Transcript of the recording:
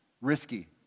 risky